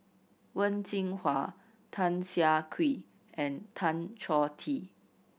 Wen Jinhua Tan Siah Kwee and Tan Choh Tee